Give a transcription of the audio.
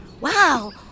Wow